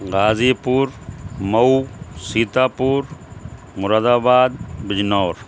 غازی پور مئو سیتاپور مراد آباد بجنور